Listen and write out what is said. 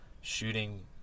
Shooting